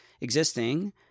existing